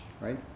right